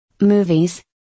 Movies